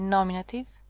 Nominative